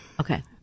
Okay